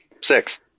Six